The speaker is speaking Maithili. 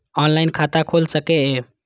ऑनलाईन खाता खुल सके ये?